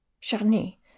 Charny